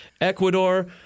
Ecuador—